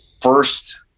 first